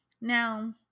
Now